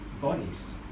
bodies